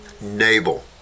navel